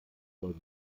soll